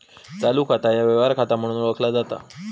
चालू खाता ह्या व्यवहार खाता म्हणून ओळखला जाता